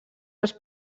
els